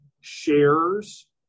shares